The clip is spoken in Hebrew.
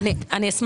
את אומרת